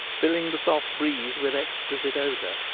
filling the soft breeze with exquisite odour.